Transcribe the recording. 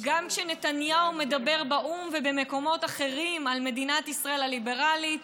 גם כשנתניהו מדבר באו"ם ובמקומות אחרים על מדינת ישראל הליברלית,